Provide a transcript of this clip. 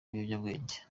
ibiyobyabwenge